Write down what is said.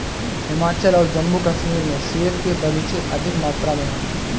हिमाचल और जम्मू कश्मीर में सेब के बगीचे अधिक मात्रा में है